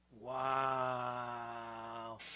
Wow